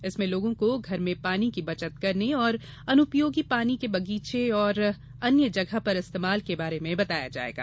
इसमें लोगों को घर में पानी की बचत करने और अनुपयोगी पानी के बगीचे और अन्य जगह पर इस्तेमाल के बारे में बताया जायेगा